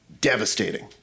devastating